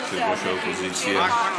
באיזו קואליציה את